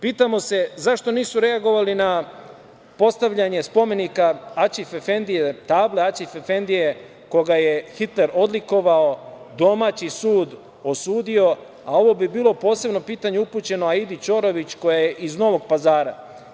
Pitamo se zašto nisu reagovali na postavljanje table Aćif Efendije koga je Hitler odlikovao, domaći sud osudio, a ovo bi bilo posebno pitanje upućeno Aidi Ćorović koja je iz Novog Pazara.